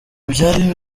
byari